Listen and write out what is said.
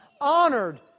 honored